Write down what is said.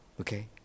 Okay